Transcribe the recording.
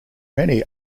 many